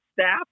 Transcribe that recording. staff